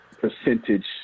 percentage